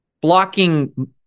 blocking